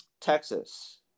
Texas